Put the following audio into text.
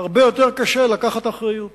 הרבה יותר קשה לקחת אחריות.